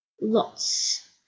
lots